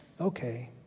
okay